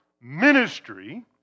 ministry